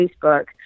Facebook